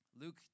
Luke